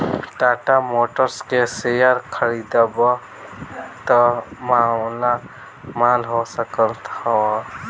Tata Motors के share खरीदबअ त मालामाल हो सकत हवअ